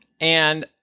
And-